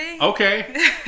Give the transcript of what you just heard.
Okay